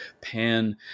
pan